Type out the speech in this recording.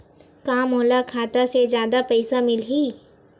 का मोला खाता से जादा पईसा मिलही?